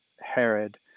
Herod